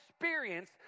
experience